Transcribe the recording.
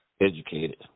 educated